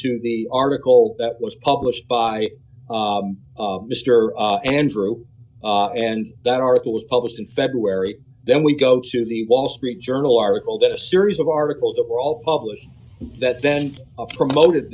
to the article that was published by mr andrew and that article was published in february then we go to the wall street journal article that a series of articles that were all published that then of promoted